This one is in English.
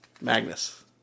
Magnus